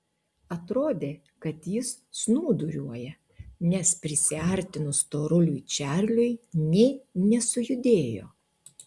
atrodė kad jis snūduriuoja nes prisiartinus storuliui čarliui nė nesujudėjo